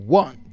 one